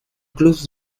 clubs